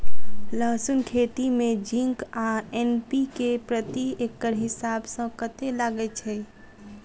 लहसून खेती मे जिंक आ एन.पी.के प्रति एकड़ हिसाब सँ कतेक लागै छै?